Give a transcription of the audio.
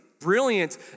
brilliant